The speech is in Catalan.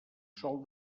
sol